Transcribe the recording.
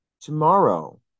tomorrow